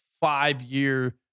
five-year